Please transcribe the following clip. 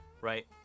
right